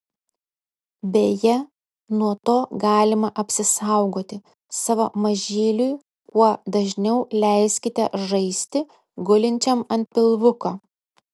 beje nuo to galima apsisaugoti savo mažyliui kuo dažniau leiskite žaisti gulinčiam ant pilvuko